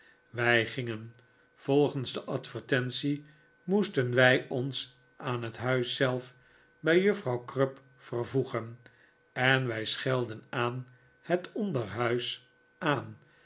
wij gingen volgens de advertentie moesten wij ons aan het huis zelf bij juffrouw crupp vervoegen en wij schelden aan het onderhuis aan